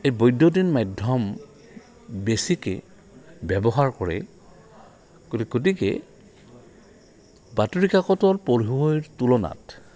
এই বৈদ্যুতিন মাধ্যম বেছিকৈ ব্যৱহাৰ কৰে গতিকে বাতৰি কাকতৰ পঢ়োৱৈৰ তুলনাত